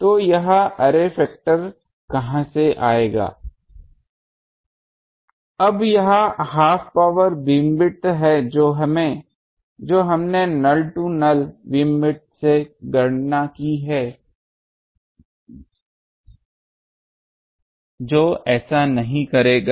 तो यह array factor से आएगा अब यह हाफ पॉवर बीमविद्थ है जो हमने नल टू नल बीमविद्थ से गणना की है जो ऐसा नहीं करेगा